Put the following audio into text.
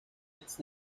jetzt